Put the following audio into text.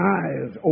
eyes